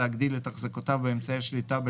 להגדיל את החזקותיו באמצעי שליטה בחברה,